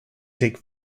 take